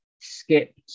skipped